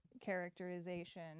characterization